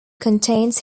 contains